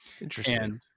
Interesting